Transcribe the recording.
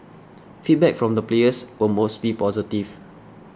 feedback from the players were mostly positive